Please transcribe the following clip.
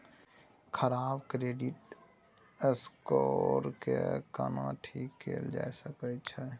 खराब credit score के केना ठीक कैल जा सकै ये?